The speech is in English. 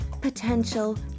potential